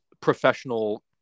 professional